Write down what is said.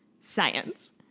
science